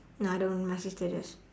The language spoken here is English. no I don't my sister does